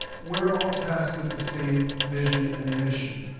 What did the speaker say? we're all tasked with the same vision and mission,